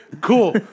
Cool